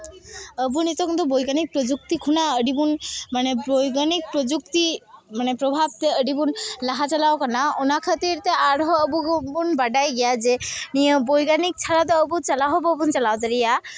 ᱟᱵᱚ ᱱᱤᱛᱚᱝ ᱫᱚ ᱵᱳᱭᱜᱟᱱᱤᱠ ᱯᱨᱚᱡᱩᱠᱛᱤ ᱠᱷᱚᱱᱟᱜ ᱟᱹᱰᱤᱵᱚᱱ ᱢᱟᱱᱮ ᱵᱳᱭᱜᱟᱱᱤᱠ ᱯᱨᱚᱡᱩᱠᱛᱤ ᱢᱟᱱᱮ ᱯᱨᱚᱵᱷᱟᱵᱽ ᱛᱮ ᱟᱹᱰᱤᱵᱚᱱ ᱞᱟᱦᱟ ᱪᱟᱞᱟᱣ ᱠᱟᱱᱟ ᱚᱱᱟ ᱠᱷᱟᱹᱛᱤᱨ ᱛᱮ ᱟᱨᱦᱚᱸ ᱟᱵᱚ ᱜᱮᱵᱚᱱ ᱵᱟᱰᱟᱭ ᱜᱮᱭᱟ ᱡᱮ ᱱᱤᱭᱟᱹ ᱵᱳᱭᱜᱟᱱᱤᱠ ᱪᱷᱟᱲᱟ ᱫᱚ ᱟᱵᱚ ᱪᱟᱞᱟᱣ ᱦᱚᱸ ᱵᱟᱵᱚᱱ ᱪᱟᱞᱟᱣ ᱫᱟᱲᱮᱭᱟᱜᱼᱟ